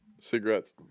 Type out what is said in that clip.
cigarettes